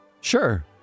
Sure